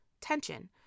tension